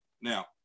Now